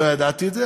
לא ידעתי את זה,